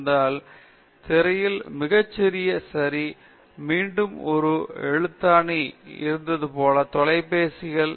எனவே சந்தையில் அந்த நேரத்தில் பெரிய பெரிய விசைப்பலகைகள் இருந்தது மற்றும் திரையில் மிக சிறிய சரி மற்றும் மீண்டும் ஒரு எழுத்தாணி எப்போதும் இருந்தது தொலைபேசிகள் வெள்ளம்